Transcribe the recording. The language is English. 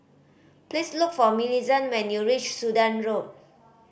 please look for Millicent when you reach Sudan Road